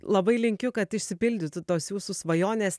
labai linkiu kad išsipildytų tos jūsų svajonės